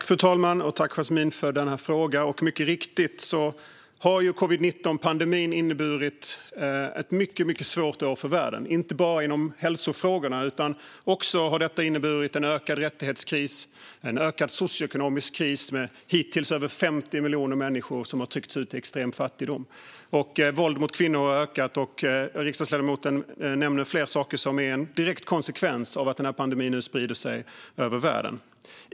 Fru talman! Tack, Yasmine Posio, för frågan! Mycket riktigt har covid-19-pandemin inneburit ett mycket, mycket svårt år för världen, inte bara inom hälsofrågorna. Det har också inneburit en ökad rättighetskris och en ökad socioekonomisk kris där hittills över 50 miljoner människor har tryckts ut i extrem fattigdom. Våld mot kvinnor har ökat, och riksdagsledamoten nämner fler saker som är en direkt konsekvens av att pandemin nu sprider sig över världen.